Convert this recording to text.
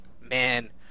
Man